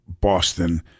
Boston